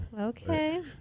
Okay